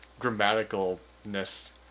grammaticalness